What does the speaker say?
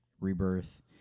rebirth